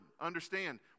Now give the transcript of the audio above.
understand